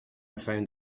found